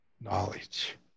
knowledge